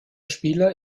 spieler